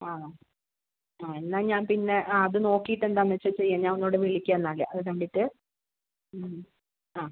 ആ എന്നാൽ ഞാൻ പിന്നെ അത് നോക്കീട്ടെന്താന്ന് വെച്ചാൽ ചെയ്യാം ഞാനൊന്നൂടെ വിളിക്കാം എന്നാൽ അത് കണ്ടിട്ട് ആ